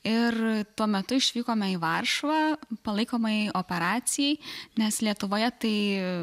ir tuo metu išvykome į varšuvą palaikomajai operacijai nes lietuvoje tai